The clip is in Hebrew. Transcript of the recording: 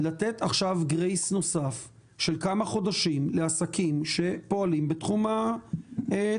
לתת עכשיו גרייס נוסף של כמה חודשים לעסקים שפועלים בתחום התיירות?